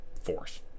force